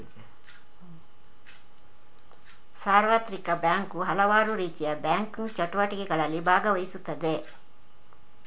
ಸಾರ್ವತ್ರಿಕ ಬ್ಯಾಂಕು ಹಲವಾರುರೀತಿಯ ಬ್ಯಾಂಕಿಂಗ್ ಚಟುವಟಿಕೆಗಳಲ್ಲಿ ಭಾಗವಹಿಸುತ್ತದೆ